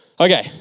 Okay